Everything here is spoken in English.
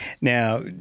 Now